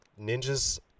Ninja's